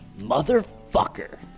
Motherfucker